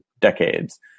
decades